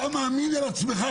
אתה מאמין על עצמך?